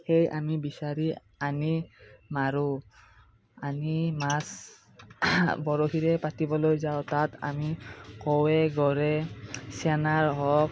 সেই আমি বিচাৰি আনি মাৰোঁ আনি মাছ বৰশীৰে পাতিবলৈ যাওঁ তাত আমি কৱৈ গৰেই চেনা হওক